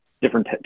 different